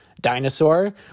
Dinosaur